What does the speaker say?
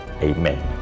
Amen